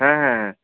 হ্যাঁ হ্যাঁ হ্যাঁ